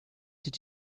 did